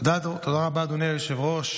תודה רבה, אדוני היושב-ראש.